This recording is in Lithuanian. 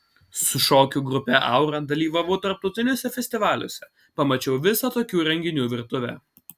su šokių grupe aura dalyvavau tarptautiniuose festivaliuose pamačiau visą tokių renginių virtuvę